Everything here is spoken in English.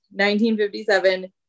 1957